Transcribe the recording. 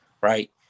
right